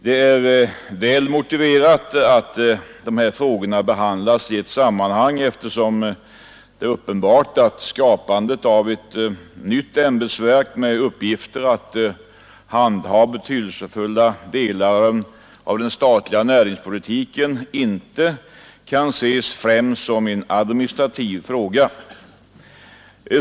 Det är välmotiverat att de frågorna behandlas i ett sammanhang, eftersom det är uppenbart att tillskapandet av ett nytt ämbetsverk med uppgifter att handha betydelsefulla delar av den statliga näringspolitiken inte kan ses främst som en administrativ fråga.